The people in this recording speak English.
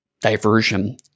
diversion